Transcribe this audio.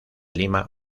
lima